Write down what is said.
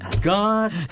God